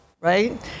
right